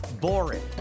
boring